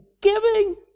giving